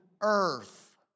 earth